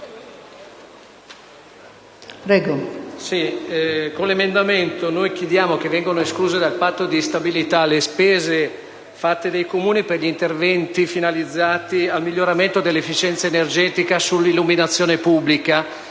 Con tale emendamento chiediamo che vengano escluse dal Patto di stabilità le spese sostenute dai Comuni per gli interventi finalizzati al miglioramento dell'efficienza energetica dell'illuminazione pubblica,